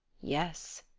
yes.